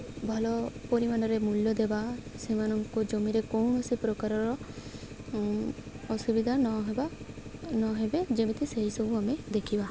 ଭଲ ପରିମାଣରେ ମୂଲ୍ୟ ଦେବା ସେମାନଙ୍କୁ ଜମିରେ କୌଣସି ପ୍ରକାରର ଅସୁବିଧା ନହେବା ନହେବେ ଯେମିତି ସେହିସବୁ ଆମେ ଦେଖିବା